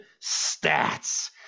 stats